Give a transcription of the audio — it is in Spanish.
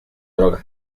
droga